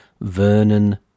Vernon